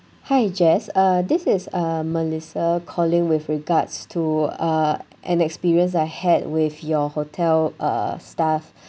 hi jess uh this is uh melissa calling with regards to uh an experience I had with your hotel uh staff